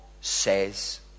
says